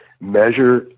measure